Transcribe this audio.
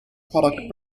product